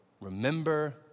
remember